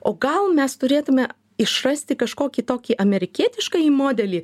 o gal mes turėtume išrasti kažkokį tokį amerikietiškąjį modelį